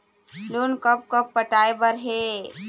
Loan कब कब पटाए बर हे?